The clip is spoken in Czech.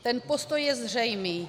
Ten postoj je zřejmý.